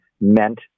meant